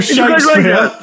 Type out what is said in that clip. Shakespeare